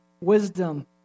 wisdom